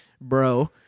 bro